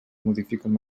modifiquen